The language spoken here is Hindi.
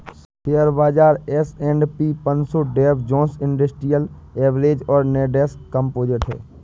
शेयर बाजार एस.एंड.पी पनसो डॉव जोन्स इंडस्ट्रियल एवरेज और नैस्डैक कंपोजिट है